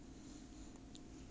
ah